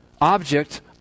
object